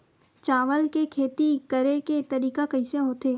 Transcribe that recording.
चावल के खेती करेके तरीका कइसे होथे?